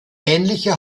ähnliche